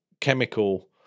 chemical